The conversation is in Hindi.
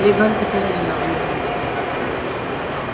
एक घंटे पहले आ जाओ एक घंटे हाँ आओ